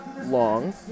long